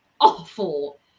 awful